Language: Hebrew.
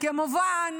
כמובן